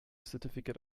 certificate